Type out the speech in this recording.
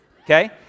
okay